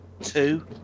two